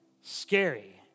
Scary